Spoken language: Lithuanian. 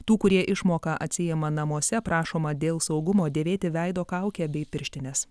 tų kurie išmoką atsiima namuose prašoma dėl saugumo dėvėti veido kaukę bei pirštines